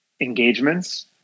engagements